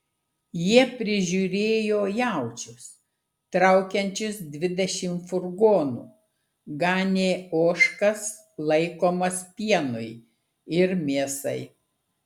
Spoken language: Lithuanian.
jie prižiūrėjo jaučius traukiančius dvidešimt furgonų ganė ožkas laikomas pienui ir mėsai